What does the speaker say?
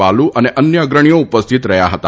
બાલુ અન અન્ય અગ્રણીઓ ઉપસ્થિત રહ્યા હતા